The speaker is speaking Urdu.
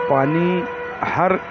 پانی ہر